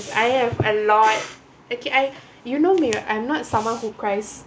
I have a lot okay I you know maybe I'm not someone who cries